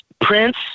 Prince